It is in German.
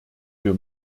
wir